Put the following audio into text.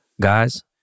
Guys